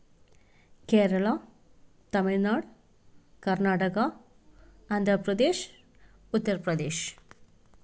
Kerala Tamil Nadu Karnataka Andhra Pradesh Uttar Pradesh